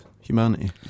humanity